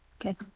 Okay